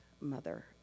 mother